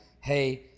hey